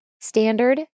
standard